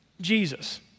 Jesus